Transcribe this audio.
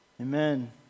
Amen